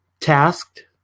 tasked